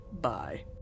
Bye